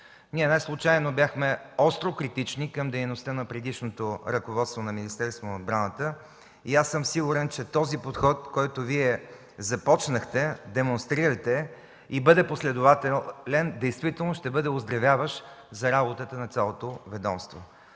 Неслучайно бяхме остро критични към дейността на предишното ръководство на Министерството на отбраната и аз съм сигурен, че този подход, който Вие започнахте, демонстрирате и бъде последователен, действително ще бъде оздравяващ за работата на цялото ведомство.